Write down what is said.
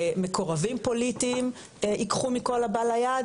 מקורבים פוליטיים ייקחו מכל הבא ליד,